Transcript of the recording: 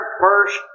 first